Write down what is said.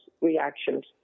reactions